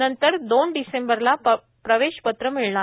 नंतर दोन डिसेंबरला प्रवेश पत्र मिळणार